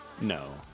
no